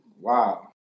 wow